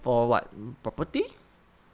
for what property